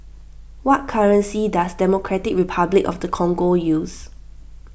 what currency does Democratic Republic of the Congo use